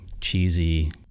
cheesy